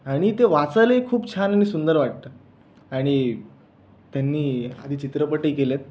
आणि ते वाचायलाही खूप छान आणि सुंदर वाटता आणि त्यांनी आधी चित्रपटही केले आहेत